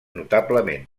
notablement